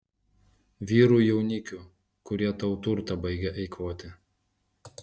vyrų jaunikių kurie tau turtą baigia eikvoti